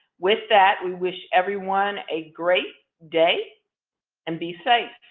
with that, we wish everyone a great day and be safe.